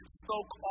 spoke